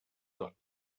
tot